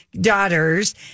daughters